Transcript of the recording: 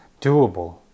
doable